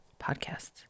podcasts